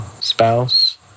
spouse